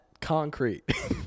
concrete